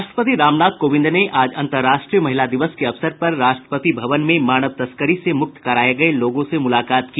राष्ट्रपति रामनाथ कोविंद ने आज अंतर्राष्ट्रीय महिला दिवस के अवसर पर राष्ट्रपति भवन में मानव तस्करी से मूक्त कराये गये लोगों से मूलाकात की